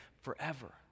forever